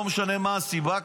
לא משנה מה הסיבה,